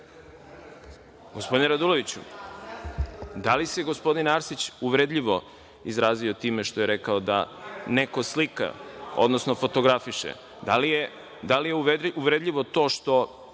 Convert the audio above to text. Gospodine Raduloviću, da li se gospodin Arsić uvredljivo izrazio time što je rekao da neko slika, odnosno fotografiše? Da li je uvredljivo to što